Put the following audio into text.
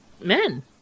men